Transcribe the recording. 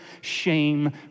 shame